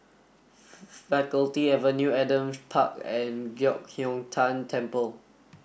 Faculty Faculty Avenue Adam Park and Giok Hong Tian Temple